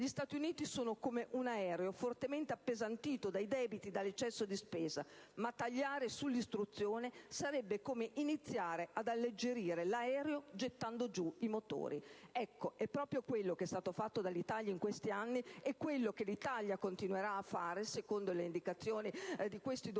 gli Stati Uniti sono come un aereo appesantito dai debiti e dell'eccesso di spesa, ma tagliare sull'istruzione sarebbe come iniziare ad alleggerire l'aereo gettando giù i motori. Ecco, è proprio quello che è stato fatto dall'Italia in questi anni ed è quello che l'Italia continuerà a fare, secondo le indicazioni di questi documenti,